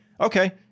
Okay